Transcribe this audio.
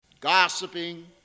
gossiping